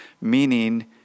meaning